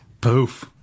Poof